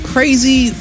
Crazy